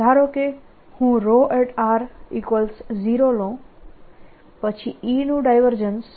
ધારો કે હું 0 લઉં પછી E નું ડાયવર્જન્સ